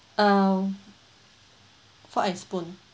um fork and spoon